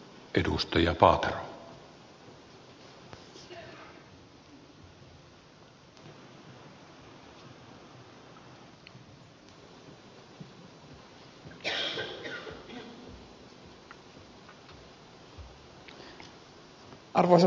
arvoisa puhemies